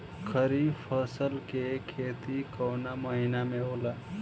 खरीफ फसल के खेती कवना महीना में होला?